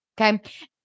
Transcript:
okay